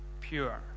pure